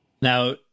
Now